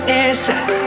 inside